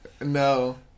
No